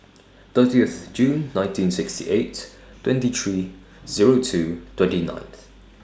thirtieth June nineteen sixty eight twenty three Zero two twenty ninth